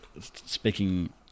speaking